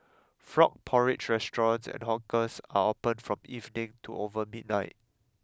frog porridge restaurants and hawkers are opened from evening to over midnight